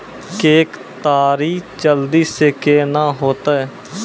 के केताड़ी जल्दी से के ना होते?